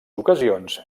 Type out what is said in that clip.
ocasions